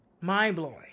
mind-blowing